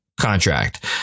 contract